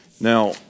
Now